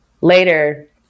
Later